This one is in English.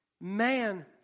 man